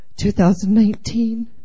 2019